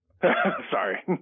Sorry